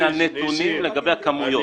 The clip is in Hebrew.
הנתונים לגבי הכמויות.